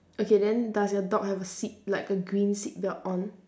okay then does your dog have a seat like a green seat belt on